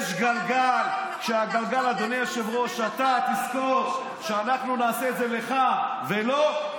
בגלל זה עוזרים פרלמנטריים יכולים להרשות לעצמם לסמן לח"כים.